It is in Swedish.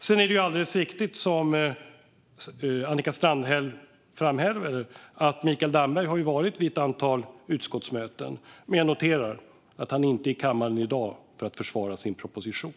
Sedan är det alldeles riktigt som Annika Strandhäll framhåller att Mikael Damberg har varit med på ett antal utskottsmöten, men jag noterar att han inte är i kammaren i dag för att försvara sin proposition.